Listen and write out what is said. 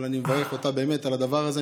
אבל אני מברך אותה באמת על הדבר הזה.